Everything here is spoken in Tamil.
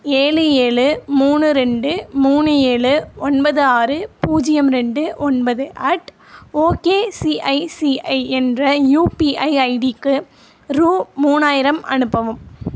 ஏழு ஏழு மூணு ரெண்டு மூணு ஏழு ஒன்பது ஆறு பூஜ்ஜியம் ரெண்டு ஒன்பது அட் ஓகேசிஐசிஐ என்ற யூபிஐ ஐடிக்கு ரூ மூணாயிரம் அனுப்பவும்